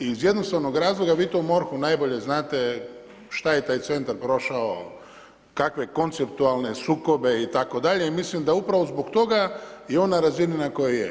Iz jednostavnog razloga, vi to u MORH-u najbolje znate šta je taj centar prošao, kakve konceptualne sukobe itd. i mislim da upravo zbog toga je on na razini na kojoj je.